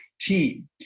team